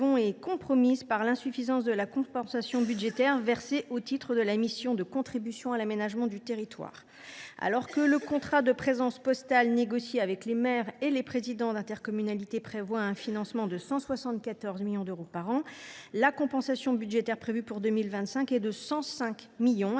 est compromise par l’insuffisance de la compensation budgétaire versée au titre de la mission de contribution à l’aménagement du territoire. Alors que le contrat de présence postale territoriale, négocié avec les maires et les présidents d’intercommunalité, prévoit un financement de 174 millions d’euros par an, la compensation budgétaire prévue pour 2025 est de 105 millions d’euros.